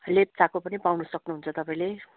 लेप्चाको पनि पाउनु सक्नुहुन्छ तपाईँले